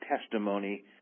testimony